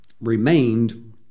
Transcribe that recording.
remained